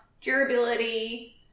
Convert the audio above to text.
durability